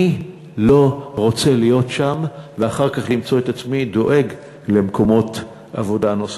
אני לא רוצה להיות שם ואחר כך למצוא את עצמי דואג למקומות עבודה נוספים.